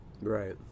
Right